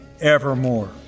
evermore